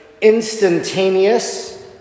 instantaneous